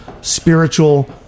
spiritual